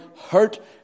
hurt